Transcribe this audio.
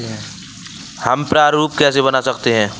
हम प्रारूप कैसे बना सकते हैं?